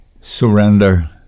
Surrender